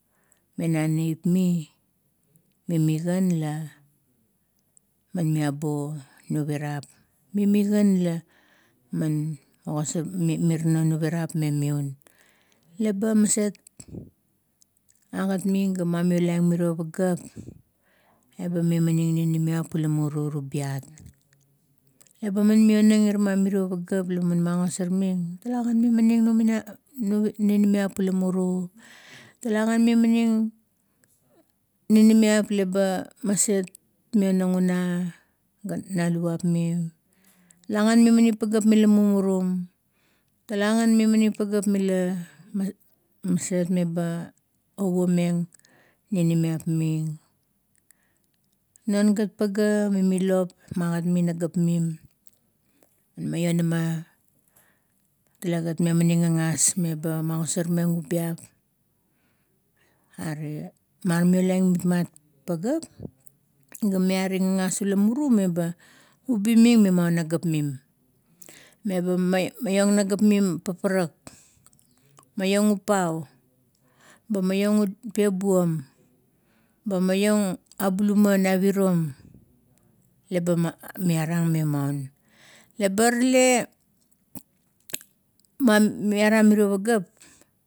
Mena neap mi, mimi gan lama meavo muvarap. Mimi gan lama, mirano muvarap me miun. Leba maset agat ming, ga maionang merio pageap, eba mimaning ninimiap ula muru rubiat. Man miona ma na miririo pageap laman magasorming. Talagan mimaning ninimiap ula muru, talagan mimaning ninimiap laba mionang una gana luvap mim. Talagan mimanim pageap mila murum, talagan mimanim pageap maset, meba ovuo meng ninimiap ming. Non gat paga, mimi lop, magat ming nagap mim, maionama tale gat memaning gagas meba magosar meng ubiap, are ma miolang mitmat pageap, ga miaring gagas ula muru mela ubi ming me maun magap mim. Meba maiong nagap mim pa parak, maiong apau, maiong pebuam ba maiong a buluma na birom leba meanang me maun, leba rale, me mearam mirio pageap.